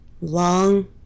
long